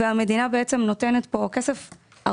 והמדינה נותנת פה כסף לטייקונים,